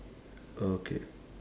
okay